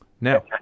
Now